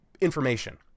information